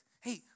hey